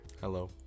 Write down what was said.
hello